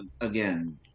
Again